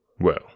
Well